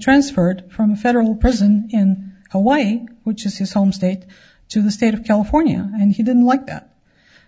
transferred from a federal prison in hawaii which is his home state to the state of california and he didn't like that